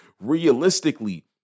realistically